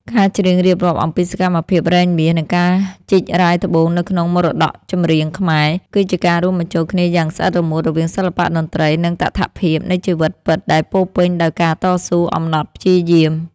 ការច្រៀងរៀបរាប់អំពីសកម្មភាពរែងមាស និងការជីករ៉ែត្បូងនៅក្នុងមរតកចម្រៀងខ្មែរ គឺជាការរួមបញ្ចូលគ្នាយ៉ាងស្អិតរមួតរវាងសិល្បៈតន្ត្រី និងតថភាពនៃជីវិតពិតដែលពោរពេញដោយការតស៊ូអំណត់ព្យាយាម។